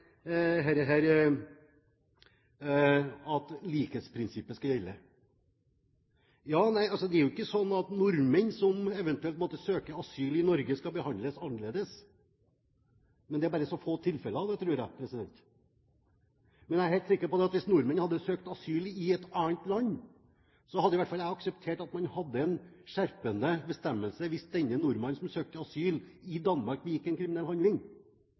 at likhetsprinsippet skal gjelde. Det er jo ikke sånn at nordmenn som eventuelt måtte søke asyl i Norge, skal behandles annerledes – det er bare så få tilfeller av det, tror jeg. Men jeg er helt sikker på at hvis en nordmann hadde søkt asyl i et annet land, f.eks. Danmark, hadde i alle fall jeg akseptert at man hadde en skjerpende bestemmelse hvis denne nordmannen som søkte i asyl, begikk en kriminell handling.